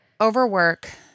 Overwork